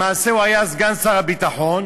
למעשה הוא היה סגן שר הביטחון